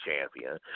champion